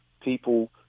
people